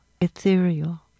ethereal